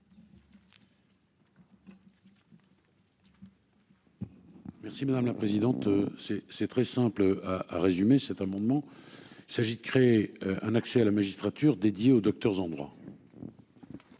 Merci madame la présidente. C'est c'est très simple à résumer cet amendement s'agit de créer un accès à la magistrature dédié au Docteur en droit.